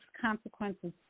consequences